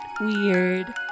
weird